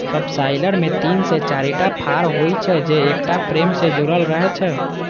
subsoiler मे तीन से चारिटा फाड़ होइ छै, जे एकटा फ्रेम सं जुड़ल रहै छै